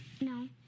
No